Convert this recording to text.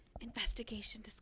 investigation